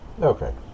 Okay